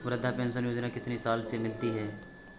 वृद्धा पेंशन योजना कितनी साल से मिलती है?